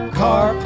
car